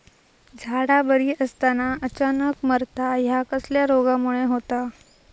झाडा बरी असताना अचानक मरता हया कसल्या रोगामुळे होता?